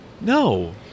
No